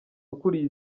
ukuriye